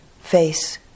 face